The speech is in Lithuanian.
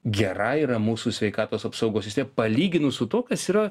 gera yra mūsų sveikatos apsaugos palyginus su tuo kas yra